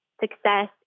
success